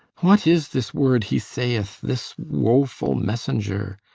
what is this word he saith, this woeful messenger?